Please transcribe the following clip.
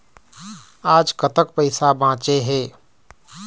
आज कतक पैसा बांचे हे?